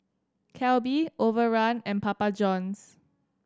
Calbee Overrun and Papa Johns